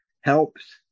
helps